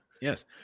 Yes